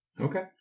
Okay